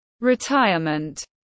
retirement